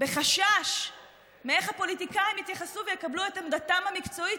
בחשש איך הפוליטיקאים יתייחסו ויקבלו את עמדתם המקצועית.